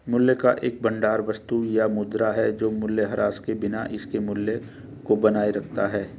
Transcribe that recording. मूल्य का एक भंडार वस्तु या मुद्रा है जो मूल्यह्रास के बिना इसके मूल्य को बनाए रखता है